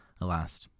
alas